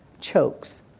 chokes